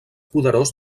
poderós